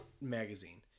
magazine